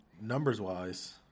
numbers-wise